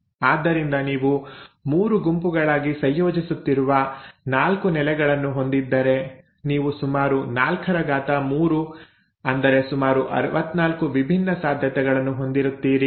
ಆದ್ದರಿಂದ ನೀವು 3 ಗುಂಪುಗಳಾಗಿ ಸಂಯೋಜಿಸುತ್ತಿರುವ 4 ನೆಲೆಗಳನ್ನು ಹೊಂದಿದ್ದರೆ ನೀವು ಸುಮಾರು 43 ಅಂದರೆ ಸುಮಾರು 64 ವಿಭಿನ್ನ ಸಾಧ್ಯತೆಗಳನ್ನು ಹೊಂದಿರುತ್ತೀರಿ